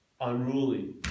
unruly